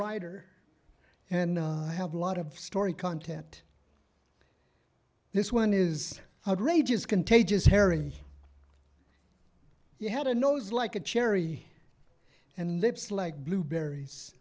writer and i have a lot of story content this one is outrageous contagious haring you had a nose like a cherry and lips like blueberries